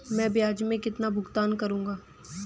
मैं ब्याज में कितना भुगतान करूंगा?